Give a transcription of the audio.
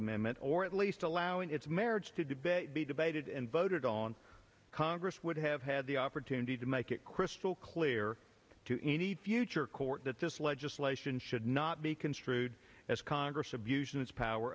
amendment or at least allowing its marriage to debate be debated and voted on congress would have had the opportunity to make it crystal clear to any future court that this legislation should not be construed as congress of uses power